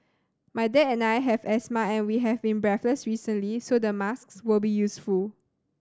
my dad and I have asthma and we have been breathless recently so the masks will be useful